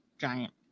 giant